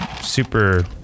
super